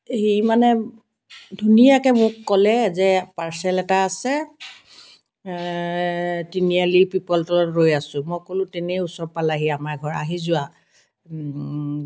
সি মানে ধুনীয়াকৈ মোক ক'লে যে পাৰ্চেল এটা আছে তিনিআালি পিপল তলত ৰৈ আছোঁ মই ক'লোঁ তেনেই ওচৰ পালাহি আমাৰ ঘৰ আহি যোৱা